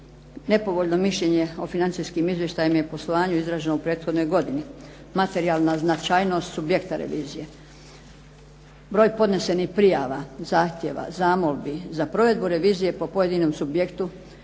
nepovoljno mišljenje o financijskim izvještajima i poslovanju izraženo u prethodnoj godini, materijalna značajnost subjekta revizije, broj podnesenih prijava, zahtjeva, zamolbi za provedbu revizije po pojedinom subjektu